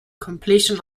completion